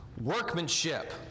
workmanship